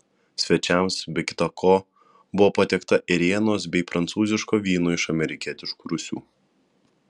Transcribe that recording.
svečiams be kita ko buvo patiekta ėrienos bei prancūziško vyno iš amerikietiškų rūsių